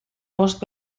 bost